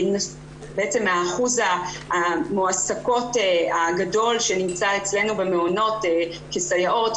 בעצם אחוז המועסקות הגדול שנמצא אצלנו במעונות כסייעות,